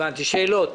שאלות.